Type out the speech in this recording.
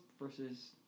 versus